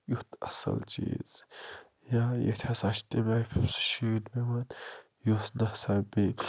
یُتھ اصل چیٖز یا ییٚتہِ ہسا چھِ تَمہِ آیہِ یُس نہ ہسا بیٚیہِ